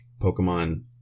Pokemon